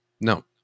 no